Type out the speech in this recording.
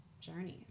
journeys